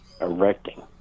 erecting